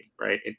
right